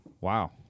Wow